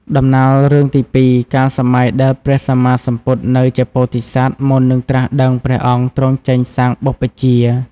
ដំណាលរឿងទី២ កាលសម័យដែលព្រះសម្មាសម្ពុទនៅជាពោធិសត្វ មុននឹងត្រាស់ដឹងព្រះអង្គទ្រង់ចេញសាងបុព្វជ្ជា។